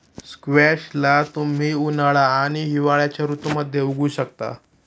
squash ला तुम्ही उन्हाळा आणि हिवाळ्याच्या ऋतूमध्ये उगवु शकता